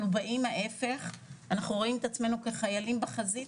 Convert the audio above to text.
אנחנו רואים את עצמנו כחיילים בחזית